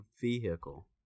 vehicle